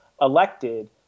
elected